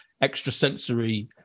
extrasensory